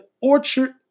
orchard